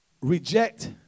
reject